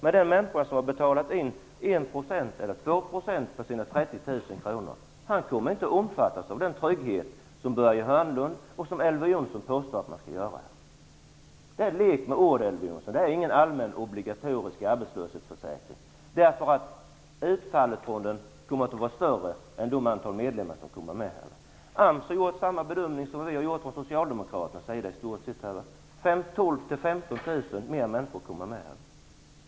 Men den människa som har betalat in motsvarande 1-- 2 % av sina 30 000 kommer inte att omfattas av den trygghet som Börje Hörnlund och Elver Jonsson påstår att man skall få. Det är en lek med orden, Elver Jonsson. Det är ingen allmän obligatorisk arbetslöshetsförsäkring. Utfallet kommer att vara större än antalet medlemmar. AMS har gjort samma bedömning som vi från socialdemokraternas sida har gjort. 12 000--15 000 fler människor kommer med.